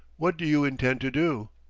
what do you intend to do?